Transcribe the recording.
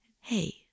hey